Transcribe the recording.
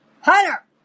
Hunter